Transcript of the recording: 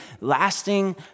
lasting